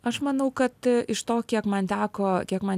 aš manau kad iš to kiek man teko kiek man